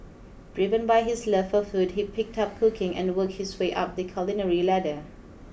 driven by his love for food he picked up cooking and worked his way up the culinary ladder